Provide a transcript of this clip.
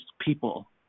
people